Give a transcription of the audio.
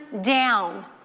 down